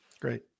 Great